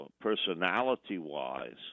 personality-wise